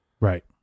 Right